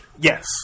Yes